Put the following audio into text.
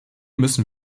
müssen